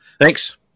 thanks